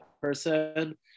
person